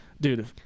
dude